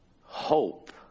Hope